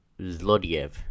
Zlodiev